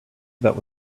that